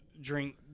drink